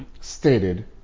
stated